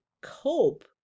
cope